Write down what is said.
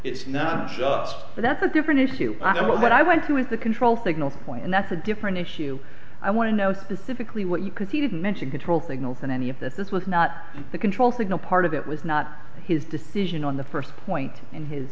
it's not just so that's a different issue i don't know what i would do with the control signal point and that's a different issue i want to know specifically what you could see didn't mention control thing open any of that this was not the control signal part of that was not his decision on the first point and his